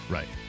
Right